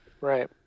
Right